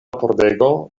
pordego